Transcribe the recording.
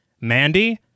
Mandy